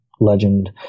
legend